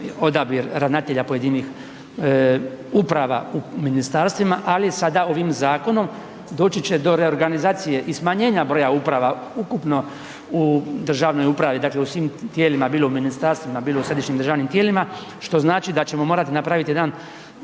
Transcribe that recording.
odabir ravnatelja pojedinih uprava u ministarstvima, ali sada ovim zakonom doći će do reorganizacije i smanjenja broja uprava ukupno u državnoj upravi, dakle u svim tijelima, bilo u ministarstvima, bilo u središnjim državnim tijelima, što znači da ćemo morati napraviti jedan